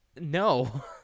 No